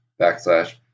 backslash